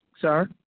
sir